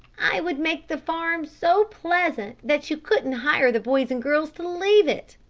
i would make the farm so pleasant, that you couldn't hire the boys and girls to leave it.